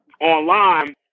online